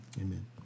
amen